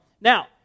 now